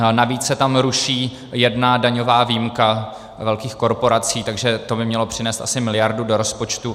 A navíc se tam ruší jedna daňová výjimka velkých korporací, takže to by mělo přinést asi miliardu do rozpočtu.